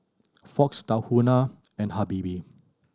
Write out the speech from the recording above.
Fox Tahuna and Habibie